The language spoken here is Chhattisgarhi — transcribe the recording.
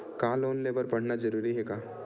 का लोन ले बर पढ़ना जरूरी हे का?